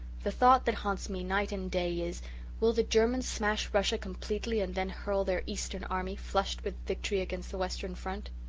the thought that haunts me night and day is will the germans smash russia completely and then hurl their eastern army, flushed with victory, against the western front?